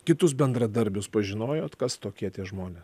kitus bendradarbius pažinojot kas tokie tie žmonės